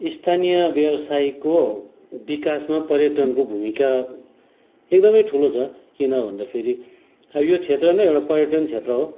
स्थानीय व्यवसायको विकासमा पर्यटनको भूमिका एकदमै ठुलो छ किन भन्दाखेरि अब यो क्षेत्र नै एउटा पर्यटन क्षेत्र हो